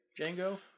Django